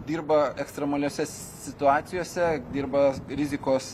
dirba ekstremaliose situacijose dirba rizikos